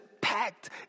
packed